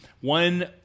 one